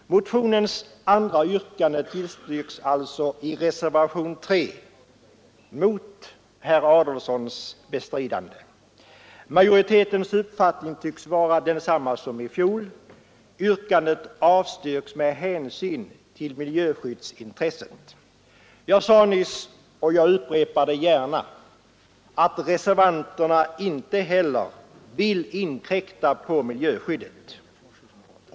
Motionens andra yrkande tillstyrks alltså i reservationen. Majoritetens uppfattning tycks vara densamma som i fjol: Motionsyrkandet avstyrks med hänsyn till miljöskyddsintresset. Jag sade nyss, och jag upprepar det gärna, att reservanterna inte heller vill inkräkta på miljöskyddet.